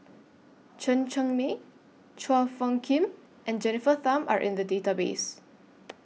Chen Cheng Mei Chua Phung Kim and Jennifer Tham Are in The Database